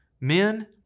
Men